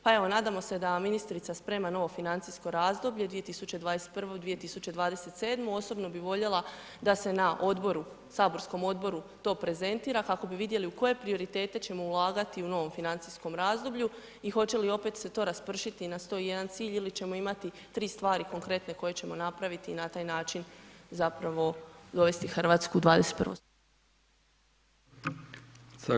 Pa evo nadamo se da ministrica sprema novo financijsko razdoblje 2021. – 2027. osobno bi voljela da se na odboru, saborskom odboru to prezentira kako bi vidjeli u koje prioritete ćemo ulagati u novom financijskom razdoblju i hoće li opet se to raspršiti na 101 cilj ili ćemo imati 3 stvari konkretne koje ćemo napraviti i na taj način zapravo dovesti Hrvatsku u 21. stoljeće.